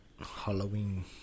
Halloween